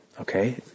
okay